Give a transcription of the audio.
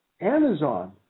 Amazon